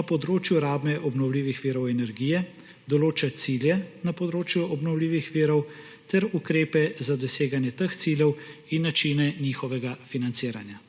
na področju rabe obnovljivih virov energije, določa cilje na področju obnovljivih virov ter ukrepe za doseganje teh ciljev in načine njihovega financiranja.